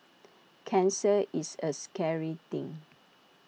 cancer is A scary thing